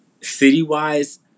city-wise